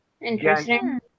Interesting